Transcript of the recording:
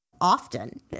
often